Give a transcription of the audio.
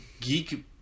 geek